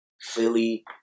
Philly